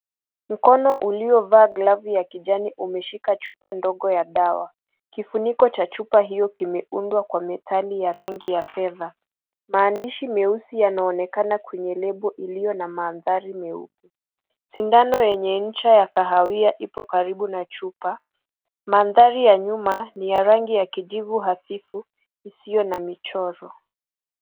Mkono uliovaa glavu ya kijani umeshika chupa ndogo ya dawa. Kifuniko cha dawa hiyo kimeundwa kwa metali ya rangi ya fedha. Maandishi meusi yanaonekana kwenye lebo iliyo na mandhari meupe. Sindano yenye ncha ya kahawia ipo karibu na chupa. Mandhari ya nyuma ni ya rangi ya kijivu afifu isiyo na michoro.